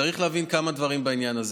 צריך להבין כמה דברים בעניין הזה.